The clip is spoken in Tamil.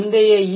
முந்தைய ஈ